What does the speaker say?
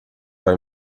vai